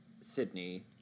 Sydney